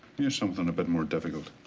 here's something a bit more difficult.